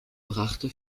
brachte